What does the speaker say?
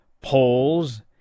polls